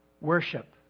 worship